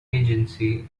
agency